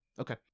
Okay